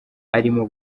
arimo